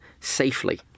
safely